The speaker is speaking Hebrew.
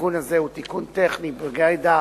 התיקון הזה הוא תיקון טכני גרידא,